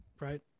right